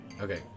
Okay